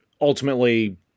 ultimately